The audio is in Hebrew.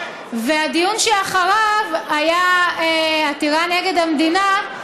הדיון שאחריו היה עתירה נגד המדינה,